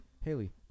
Haley